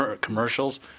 commercials